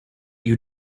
you